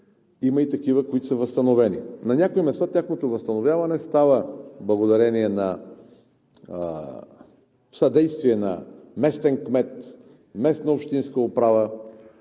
Има и такива, които са възстановени, а на някои места тяхното възстановяване става благодарение на съдействието на местен кмет, местна общинска управа.